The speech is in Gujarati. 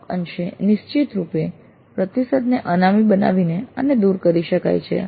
અમુક અંશે નિશ્ચિત રૂપે પ્રતિસાદને અનામી બનાવીને આને દૂર કરી શકાય છે